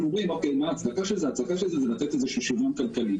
אומרים שההצדקה של זה היא לתת איזה שוויון כלכלי,